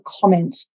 comment